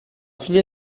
fine